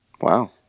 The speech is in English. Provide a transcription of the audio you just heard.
Wow